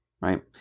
Right